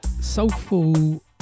soulful